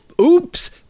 oops